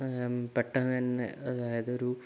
പെട്ടെന്ന് തന്നെ അതായതൊരു